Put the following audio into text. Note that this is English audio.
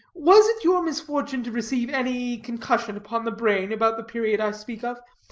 was it your misfortune to receive any concussion upon the brain about the period i speak of?